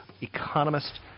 economist